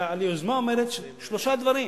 היוזמה אומרת שלושה דברים,